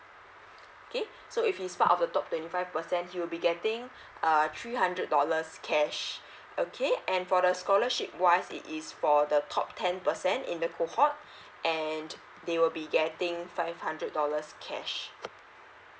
okay so if he's part of the top twenty five percent you'll be getting a three hundred dollars cash okay and for the scholarship wise it is for the top ten percent in the cohort and they will be getting five hundred dollars cash